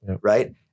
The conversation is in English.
right